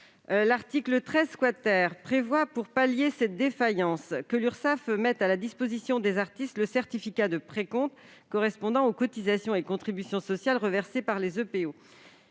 L'article 13 prévoit, pour pallier ces défaillances, que l'Urssaf met à la disposition des artistes le certificat de précompte correspondant aux cotisations et contributions sociales reversées par les EPO.